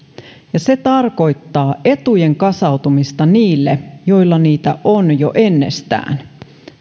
ja se tarkoittaa etujen kasaantumista niille joilla niitä on jo ennestään